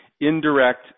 indirect